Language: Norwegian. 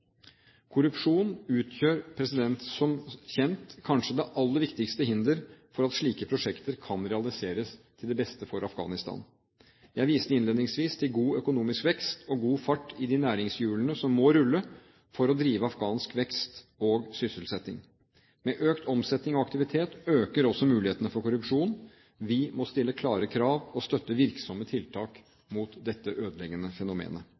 Korrupsjon utgjør som kjent kanskje det aller viktigste hinder for at slike prosjekter kan realiseres til det beste for Afghanistan. Jeg viste innledningsvis til god økonomisk vekst og god fart i de næringshjulene som må rulle for å drive afghansk vekst og sysselsetting. Med økt omsetting og aktivitet øker også mulighetene for korrupsjon. Vi må stille klare krav og støtte virksomme tiltak mot dette ødeleggende fenomenet.